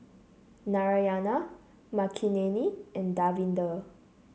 Narayana Makineni and Davinder